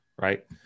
right